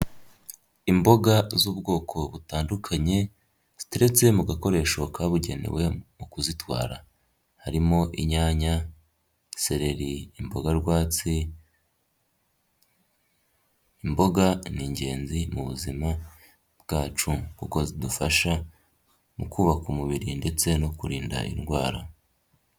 Imboga z'ubwoko butandukanye ziteretse mu gakoresho kabugenewe mu kuzitwara harimo inyanya, sereri, imboga rwatsi, imboga ni ingenzi mu buzima bwacu kuko zidufasha mu kubaka umubiri ndetse no kurinda indwara.